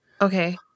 Okay